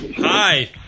Hi